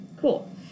Cool